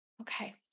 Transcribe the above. Okay